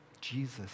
Jesus